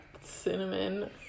cinnamon